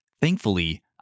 Thankfully